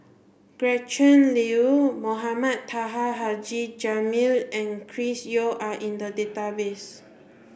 Gretchen Liu Mohamed Taha Haji Jamil and Chris Yeo are in the database